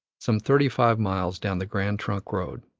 some thirty-five miles down the grand trunk road.